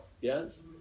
yes